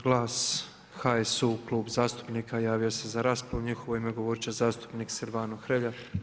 Glas, HSU Klub zastupnika, javio se za raspravi, njih u ime govoriti će zastupnik Silvano Hrelja.